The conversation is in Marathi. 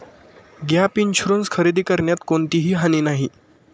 गॅप इन्शुरन्स खरेदी करण्यात कोणतीही हानी नाही